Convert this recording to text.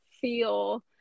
feel